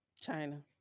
China